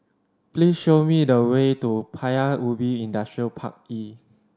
please show me the way to Paya Ubi Industrial Park E